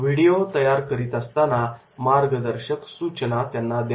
video तयार करत असताना मार्गदर्शक सूचना त्यांना द्या